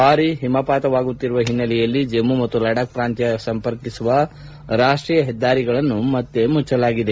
ಭಾರಿ ಹಿಮಪಾತವಾಗುತ್ತಿರುವ ಹಿನ್ನೆಲೆಯಲ್ಲಿ ಜಮ್ಮ ಮತ್ತು ಲಡಾಖ್ ಪ್ರಾಂತ್ನ ಸಂಪರ್ಕಿಸುವ ರಾಷ್ಷೀಯ ಹೆದ್ದಾರಿಗಳನ್ನು ಮತ್ತೆ ಮುಚ್ಛಲಾಗಿದೆ